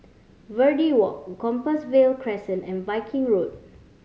Verde Walk Compassvale Crescent and Viking Road